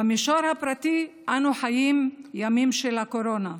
במישור הפרטי אנו חיים ימים של קורונה,